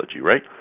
right